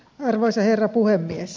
arvoisa herra puhemies